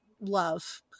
love